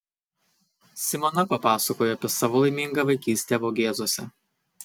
simona papasakojo apie savo laimingą vaikystę vogėzuose